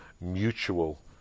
mutual